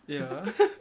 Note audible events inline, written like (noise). ya (laughs)